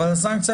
אבל הסנקציה,